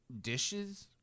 dishes